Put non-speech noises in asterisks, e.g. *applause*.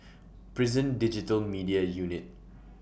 *noise* Prison Digital Media Unit